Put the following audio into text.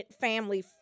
family